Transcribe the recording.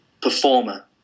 performer